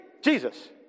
Jesus